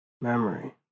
memory